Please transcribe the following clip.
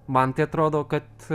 man tai atrodo kad